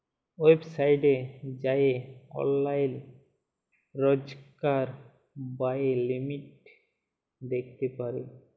ওয়েবসাইটে যাঁয়ে অললাইল রজকার ব্যয়ের লিমিট দ্যাখতে পারি